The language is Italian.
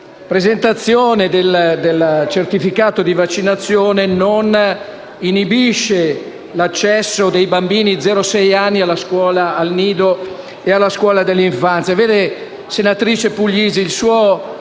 presentazione del certificato di vaccinazione non inibisca l'accesso dei bambini da zero a sei anni al nido e alla scuola dell'infanzia.